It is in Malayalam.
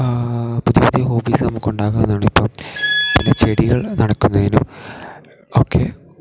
പുതിയ പുതിയ ഹോബീസ് നമുക്കുണ്ടാകുന്നതാണ് ഇപ്പം പിന്നെ ചെടികൾ നനക്കുന്നതിനും ഒക്കെ